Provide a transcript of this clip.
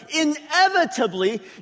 inevitably